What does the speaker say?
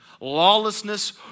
Lawlessness